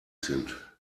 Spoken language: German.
sind